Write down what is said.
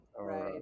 Right